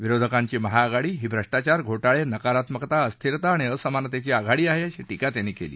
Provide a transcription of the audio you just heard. विरोधकांची महाआघाडी ही भ्रष्टाचार घोटाळे नकारात्मकता अस्थिरता आणि असमानतेची आघाडी आहे अशी टीका त्यांनी केली